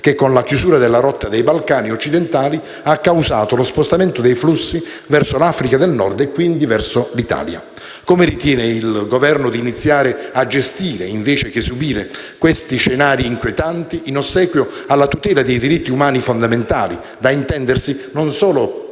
che, con la chiusura della rotta dei Balcani occidentali, ha causato lo spostamento dei flussi verso l'Africa del Nord e quindi verso l'Italia. Come ritiene il Governo di iniziare a gestire, invece di subire, questi scenari inquietanti, in ossequio alla tutela dei diritti umani fondamentali, da intendersi non solo quelli